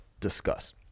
discuss